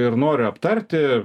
ir noriu aptarti